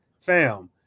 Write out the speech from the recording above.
Fam